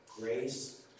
grace